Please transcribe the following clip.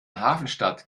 hafenstadt